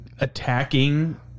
attacking